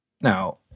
Now